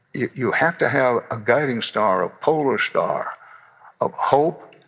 you you have to have a guiding star, a polar star of hope.